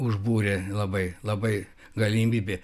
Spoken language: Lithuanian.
užbūrė labai labai galimybė